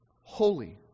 Holy